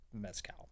Mezcal